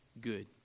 good